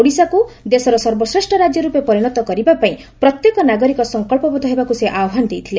ଓଡ଼ିଶାକୁ ଦେଶର ସର୍ବଶ୍ରେଷ ରାଜ୍ୟ ର୍ପେ ପରିଶତ କରିବା ପାଇଁ ପ୍ରତ୍ୟେକ ନାଗରିକ ସଂକ୍ବବବ୍ଧ ହେବାକୁ ସେ ଆହ୍ୱାନ ଦେଇଥିଲେ